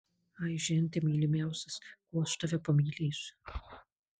ai žente mylimiausias kuo aš tave pamylėsiu